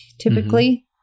typically